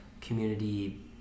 community